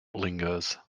lingers